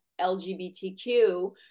LGBTQ